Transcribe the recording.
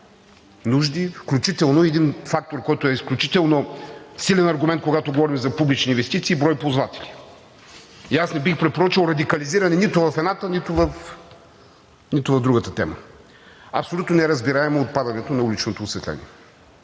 нужди, включително и един фактор, който е изключително силен аргумент, когато говорим за публични инвестиции – брой ползватели, и аз не бих препоръчал радикализиране нито в едната, нито в другата тема. Абсолютно неразбираемо е отпадането на уличното осветление.